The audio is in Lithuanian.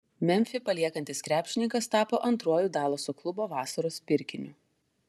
memfį paliekantis krepšininkas tapo antruoju dalaso klubo vasaros pirkiniu